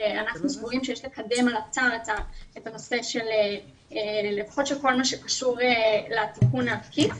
אנחנו סבורים שיש לקדם לאלתר את כל מה שקשור לתיקון העקיף.